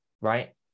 right